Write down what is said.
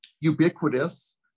ubiquitous